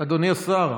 אדוני השר,